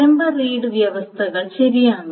പ്രാരംഭ റീഡ് വ്യവസ്ഥകൾ ശരിയാണ്